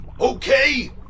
Okay